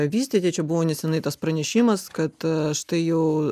vystyti čia buvo nesenai tas pranešimas kad štai jau